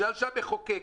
בגלל שהמחוקק